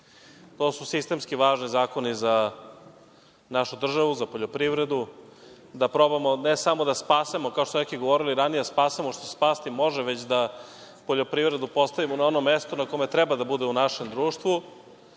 To su sistemski važni zakoni za našu državu, za poljoprivredu. Da probamo, ne samo da spasemo, kao što su neki govorili ranije da spasemo što se spasti može, već da poljoprivredu postavimo na ono mesto na kome treba da bude u našem društvu,